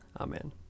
Amen